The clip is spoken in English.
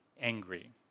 angry